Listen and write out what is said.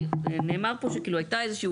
נאמר פה שכאילו היה איזה שהוא